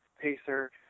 pacer